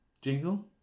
jingle